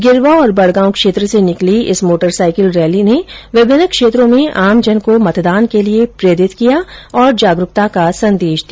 गिर्वा और बड़गांव क्षेत्र से निकली इस मोटरसाईकिल रैली ने विभिन्न क्षेत्रों में आमजन को मतदान के लिए प्रेरित किया और जागरूकता संदेश दिया